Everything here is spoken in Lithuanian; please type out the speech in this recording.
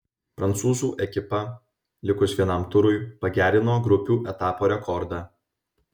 prancūzų ekipa likus vienam turui pagerino grupių etapo rekordą